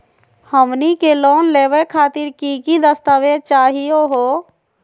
हमनी के लोन लेवे खातीर की की दस्तावेज चाहीयो हो?